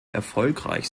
erfolgreich